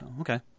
Okay